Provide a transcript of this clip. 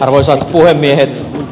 arvoisat puhemiehet